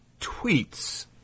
tweets